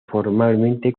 formalmente